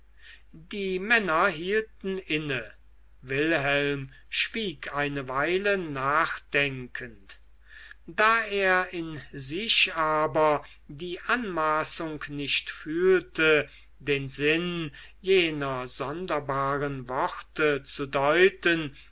die männer hielten inne wilhelm schwieg eine weile nachdenkend da er in sich aber die anmaßung nicht fühlte den sinn jener sonderbaren worte zu deuten